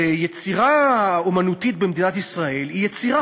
ויצירה אמנותית במדינת ישראל היא יצירה